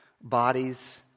bodies